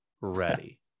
ready